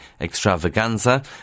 extravaganza